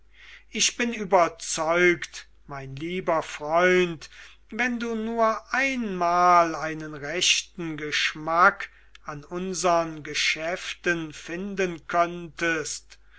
ich bin überzeugt mein lieber freund wenn du nur einmal einen rechten geschmack an unsern geschäften finden könntest